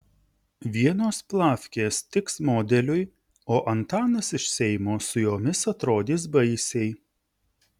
vienos plavkės tiks modeliui o antanas iš seimo su jomis atrodys baisiai